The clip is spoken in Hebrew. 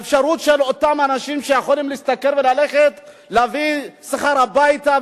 האפשרות של אותם אנשים שיכולים להשתכר וללכת להביא שכר הביתה,